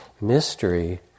mystery